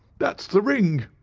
that's the ring.